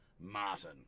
Martin